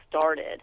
started